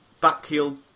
back-heel